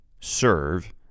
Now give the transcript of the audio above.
serve